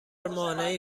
مانعی